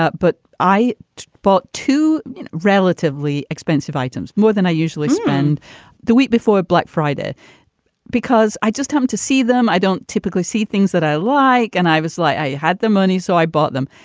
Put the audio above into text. ah but i bought two relatively expensive items more than i usually spend the week before black friday because i just happen um to see them i don't typically see things that i like. and i was like, i had the money, so i bought them.